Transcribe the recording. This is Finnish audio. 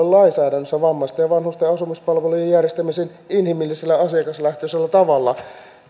lainsäädännössä vammaisten ja vanhusten asumispalvelujen järjestämisen inhimillisellä asiakaslähtöisellä tavalla